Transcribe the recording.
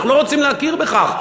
אנחנו לא רוצים להכיר בכך.